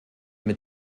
mit